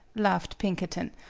laughed pinkerton.